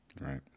right